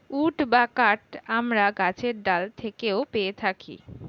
would বা কাঠ আমরা গাছের ডাল থেকেও পেয়ে থাকি